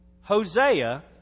Hosea